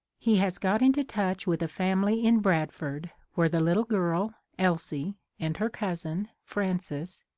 he has got into touch with a family in bradford where the little girl, elsie, and her cousin, frances,